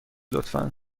لطفا